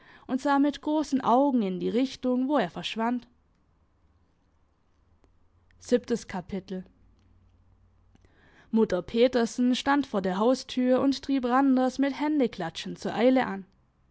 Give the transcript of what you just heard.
und sah mit grossen augen in die richtung wo er verschwand mutter petersen stand vor der haustür und trieb randers mit händeklatschen zur eile an